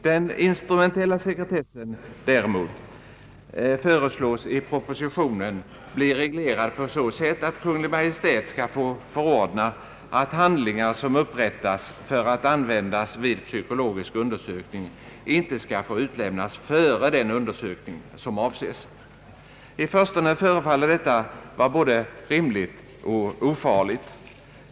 Den instrumentella sekretessen föreslås i propositionen bli reglerad på så sätt att Kungl. Maj:t skall kunna förordna att handlingar, som upprättas för att användas vid psykologisk undersökning, inte skall få utlämnas före den undersökning som avses. I förstone förefaller detta vara både rimligt och ofarligt.